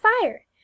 fire